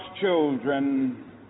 children